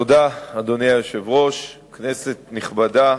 אדוני היושב-ראש, תודה, כנסת נכבדה,